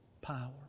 power